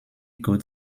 good